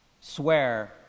swear